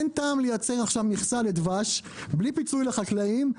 אין טעם לייצר מכסה לדבש בלי פיצוי לחקלאים.